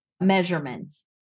measurements